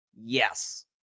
yes